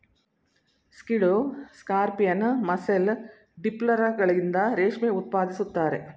ಸ್ಕಿಡ್ಡೋ scorpion, mussel, ಡಿಪ್ಲುರಗಳಿಂದ ರೇಷ್ಮೆ ಉತ್ಪಾದಿಸುತ್ತಾರೆ